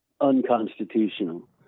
unconstitutional